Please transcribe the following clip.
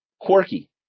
quirky